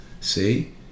see